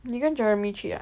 你跟 Jeremy 去啊